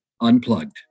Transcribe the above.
Unplugged